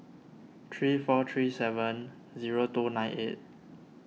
three four three seven zero two nine eight